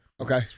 Okay